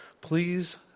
please